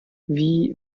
wie